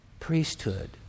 priesthood